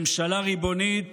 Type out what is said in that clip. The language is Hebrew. ממשלה ריבונית